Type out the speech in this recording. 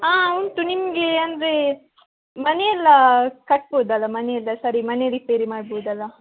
ಹಾಂ ಉಂಟು ನಿಮಗೆ ಅಂದರೆ ಮನೆಯೆಲ್ಲಾ ಕಟ್ಬೋದಲ್ಲ ಮನೆಯೆಲ್ಲ ಸರಿ ಮನೆ ರಿಪೇರಿ ಮಾಡ್ಬೋದಲ್ಲ